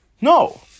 No